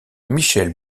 michel